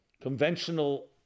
conventional